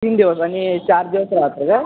तीन दिवस आणि चार दिवस रात्र का